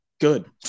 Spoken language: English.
good